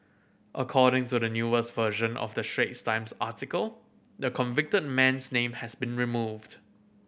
according to the newest version of the Times article the convicted man's name has been removed